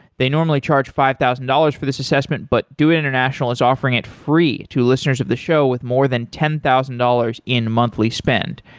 they normally charge five thousand dollars for this assessment, but doit international is offering it free to listeners of the show with more than ten thousand dollars in monthly spend.